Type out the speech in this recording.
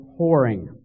whoring